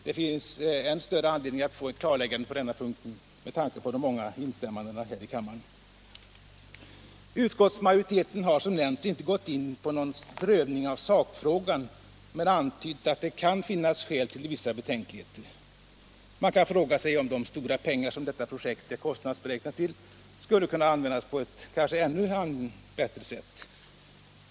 Det finns än större anledning att få ett klarläggande på denna punkt med tanke på de många instämmandena här i kammaren. Utskottsmajoriteten har som nämnts inte gått in på någon prövning av sakfrågan men antytt att det kan finnas skäl till vissa betänkligheter. Man kan fråga sig om de stora pengar som detta projekt är kostnadsberäknat till skulle kunna användas på ett ännu bättre sätt.